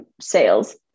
sales